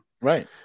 Right